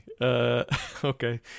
Okay